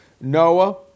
Noah